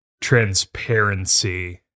transparency